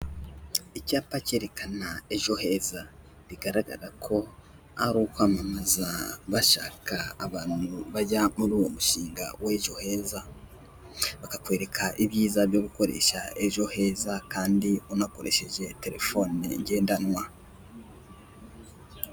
Icyapa cyerekana ejo heza, bigaragara ko ari ukwamamaza, bashaka abantu bajya muri uwo mushinga w'ejo heza. Bakakwereka ibyiza byo gukoresha ejo heza kandi unakoresheje telefone ngendanwa.